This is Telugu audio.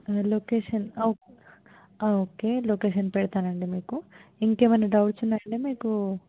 లొకేషన్ ఓకే లొకేషన్ పెడతానండి మీకు ఇంకేమన్నా డౌట్స్ ఉన్నాయండి మీకు